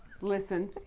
listen